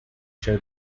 show